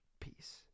Peace